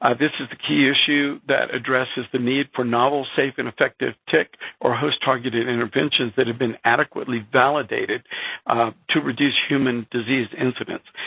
ah this is the key issue that addresses the need for novel, safe, and effective tick or host-targeted interventions that have been adequately validated to reduce human disease incidence.